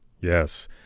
Yes